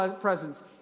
presence